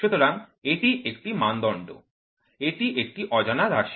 সুতরাং এটি একটি মানদণ্ড এটি একটি অজানা রাশি